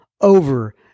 over